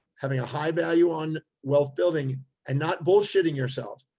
having a high value on wealth building and not bullshitting yourself,